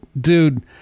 dude